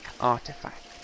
Artifact